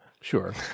Sure